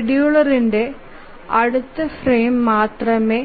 ഒരു ഷെഡ്യൂളറിന് അടുത്ത ഫ്രെയിം മാത്രമേ